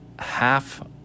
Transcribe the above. half